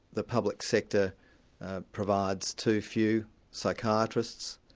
the public sector provides too few psychiatrists,